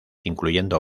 incluyendo